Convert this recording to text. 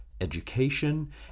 education